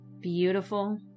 beautiful